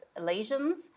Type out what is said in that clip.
lesions